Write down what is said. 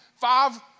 five